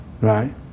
right